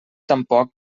tampoc